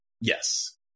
Yes